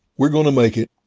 we're gonna make it.